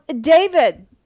David